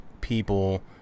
people